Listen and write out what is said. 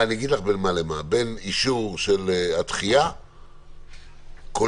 אני אגיד לך בין מה למה בין אישור של הדחייה באופן כולל,